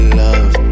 love